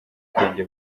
ubwenge